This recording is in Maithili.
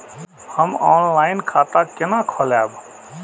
हम ऑनलाइन खाता केना खोलैब?